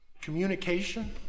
Communication